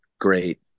great